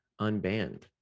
unbanned